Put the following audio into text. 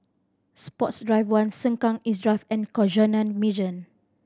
Sports Drive One Sengkang East Drive and Canossian Mission